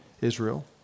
Israel